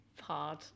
hard